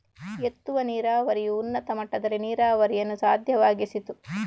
ಎತ್ತುವ ನೀರಾವರಿಯು ಉನ್ನತ ಮಟ್ಟದಲ್ಲಿ ನೀರಾವರಿಯನ್ನು ಸಾಧ್ಯವಾಗಿಸಿತು